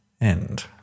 end